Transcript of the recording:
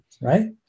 Right